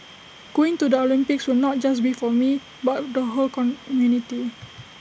going to the Olympics will not just be for me but the whole community